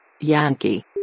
Yankee